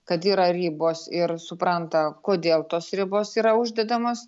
kad yra ribos ir supranta kodėl tos ribos yra uždedamos